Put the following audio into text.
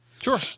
Sure